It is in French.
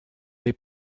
les